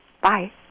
Bye